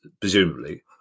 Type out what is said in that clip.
presumably